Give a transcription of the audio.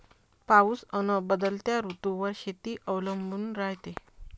पाऊस अन बदलत्या ऋतूवर शेती अवलंबून रायते